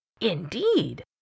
Indeed